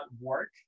work